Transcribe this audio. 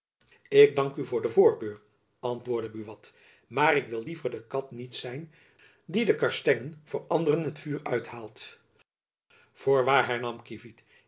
ik dank u voor de voorkeur antwoordde buat maar ik wil liever de kat niet zijn die de karstengen voor anderen het vuur uithaalt voorwaar hernam kievit